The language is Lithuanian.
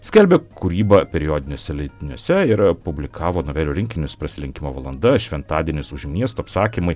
skelbė kūrybą periodiniuose leidiniuose ir publikavo novelių rinkinius prasilenkimo valanda šventadienis už miesto apsakymai